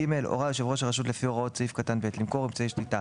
(ג) הורה יושב ראש הרשות לפי הוראות סעיף קטן (ב) למכור אמצעי שליטה,